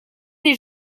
les